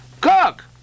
Cook